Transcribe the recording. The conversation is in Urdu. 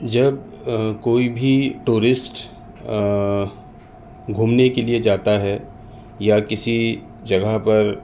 جب کوئی بھی ٹورسٹ گھومنے کے لیے جاتا ہے یا کسی جگہ پر